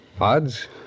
Odds